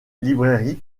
librairie